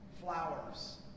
flowers